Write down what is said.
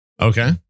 Okay